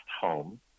home